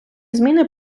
зміни